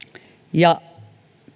ja